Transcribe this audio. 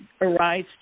arise